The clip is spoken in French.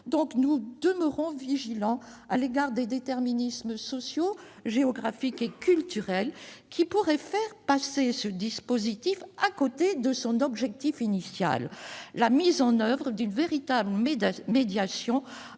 Nous demeurons vigilants à l'égard des déterminismes sociaux, géographiques et culturels, qui pourraient faire passer ce dispositif à côté de son objectif initial. La mise en oeuvre d'une véritable médiation